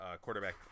quarterback